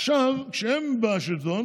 עכשיו כשהם בשלטון